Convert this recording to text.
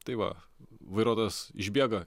tai va vairuotas išbėga